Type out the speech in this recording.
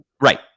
Right